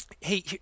Hey